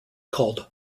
called